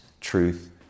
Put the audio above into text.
truth